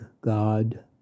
god